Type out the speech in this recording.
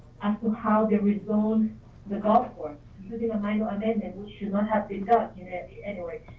as to how they resolve the golf course putting a handle on it, that we should not have been documented anyway.